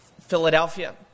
Philadelphia